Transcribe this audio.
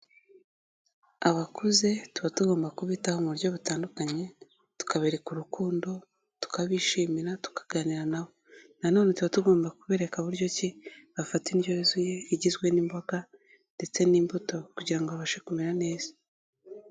Abakuze tuba tugomba kubitaho mu buryo butandukanye, tukabereka urukundo, tukabishimira, tukaganira, na bo, nanone tuba tugomba kubereka uburyo ki bafata indyo yuzuye igizwe n'imboga ndetse n'imbuto kugira ngo babashe kumera neza.